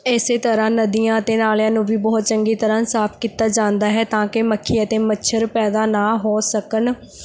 ਇਸੇ ਤਰ੍ਹਾਂ ਨਦੀਆਂ ਅਤੇ ਨਾਲਿਆਂ ਨੂੰ ਵੀ ਬਹੁਤ ਚੰਗੀ ਤਰ੍ਹਾਂ ਸਾਫ ਕੀਤਾ ਜਾਂਦਾ ਹੈ ਤਾਂ ਕਿ ਮੱਖੀ ਅਤੇ ਮੱਛਰ ਪੈਦਾ ਨਾ ਹੋ ਸਕਣ